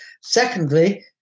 Secondly